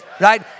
right